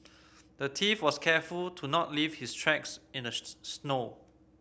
the thief was careful to not leave his tracks in the snow